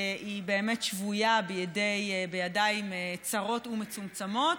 באמת שבויה בידיים צרות ומצומצמות,